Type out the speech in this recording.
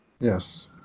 Yes